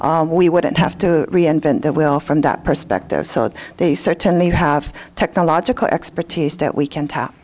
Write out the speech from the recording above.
grid we wouldn't have to reinvent that will from that perspective so they certainly have technological expertise that we can tap